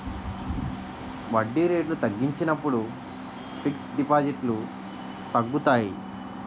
వడ్డీ రేట్లు తగ్గించినప్పుడు ఫిక్స్ డిపాజిట్లు తగ్గుతాయి